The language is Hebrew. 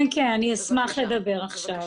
כן, אני אשמח לדבר עכשיו.